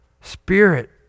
spirit